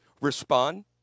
Respond